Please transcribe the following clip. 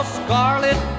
scarlet